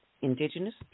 Indigenous